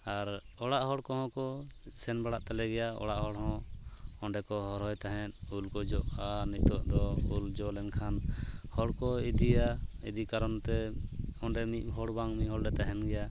ᱟᱨ ᱚᱲᱟᱜ ᱦᱚᱲ ᱠᱚᱦᱚᱸ ᱠᱚ ᱥᱮᱱ ᱵᱟᱲᱟᱜ ᱛᱟᱞᱮ ᱜᱮᱭᱟ ᱚᱲᱟᱜ ᱦᱚᱲ ᱦᱚᱸ ᱚᱸᱰᱮ ᱠᱚ ᱦᱚᱨᱦᱚᱭ ᱛᱟᱦᱮᱫ ᱩᱞ ᱠᱚ ᱡᱚᱜᱼᱟ ᱟᱨ ᱱᱤᱛᱚᱜ ᱫᱚ ᱩᱞ ᱡᱚ ᱞᱮᱱᱠᱷᱟᱱ ᱦᱚᱲ ᱠᱚ ᱤᱫᱤᱭᱟ ᱤᱫᱤ ᱠᱟᱨᱚᱱ ᱛᱮ ᱚᱸᱰᱮᱢᱤᱫ ᱦᱚᱲ ᱵᱟᱝ ᱢᱤᱫ ᱦᱚᱲ ᱞᱮ ᱛᱟᱦᱮᱱ ᱜᱮᱭᱟ